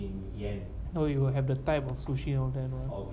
no it will have the type of sushi and all that what